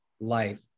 life